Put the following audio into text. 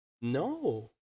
No